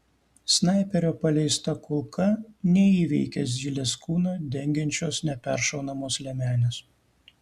snaiperio paleista kulka neįveikia zylės kūną dengiančios neperšaunamos liemenės